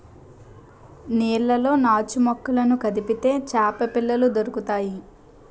నీళ్లలో నాచుమొక్కలను కదిపితే చేపపిల్లలు దొరుకుతాయి